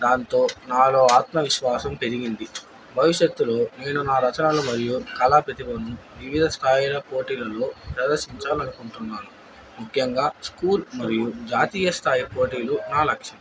దాంతో నాలో ఆత్మవిశ్వాసం పెరిగింది భవిష్యత్తులో నేను నా రచనలు మరియు కళా ప్రతిబంధు వివిధ స్థాయిల పోటీలలో ప్రదర్శించాలి అనుకుంటున్నాను ముఖ్యంగా స్కూల్ మరియు జాతీయ స్థాయి పోటీలు నా లక్ష్యం